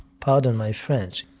pardon my french.